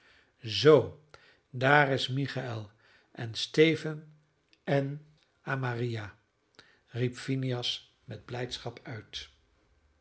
zoo daar is michael en stephen en amariah riep phineas met blijdschap uit